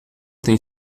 tem